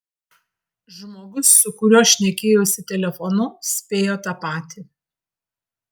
žmogus su kuriuo šnekėjausi telefonu spėjo tą patį